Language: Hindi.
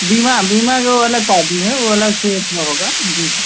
बीमा बीमा के वो अलग पार्टी है वो अलग से होगा जी